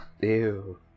Ew